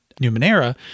Numenera